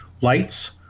lights